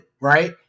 right